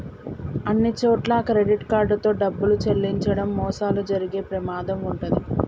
అన్నిచోట్లా credit card తో డబ్బులు చెల్లించడం మోసాలు జరిగే ప్రమాదం వుంటది